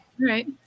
Right